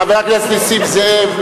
חבר הכנסת נסים זאב,